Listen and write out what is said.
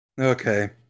Okay